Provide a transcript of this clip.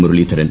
Muraleedharan